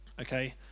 okay